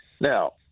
Now